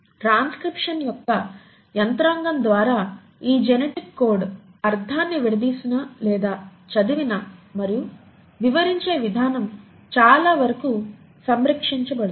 transcription యొక్క యంత్రాంగం ద్వారా ఈ జెనెటిక్ కోడ్ అర్థాన్ని విడదీసినా లేదా చదివినా మరియు వివరించే విధానం చాలావరకు సంరక్షించబడుతుంది